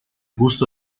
gusto